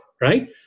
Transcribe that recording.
Right